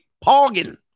Poggin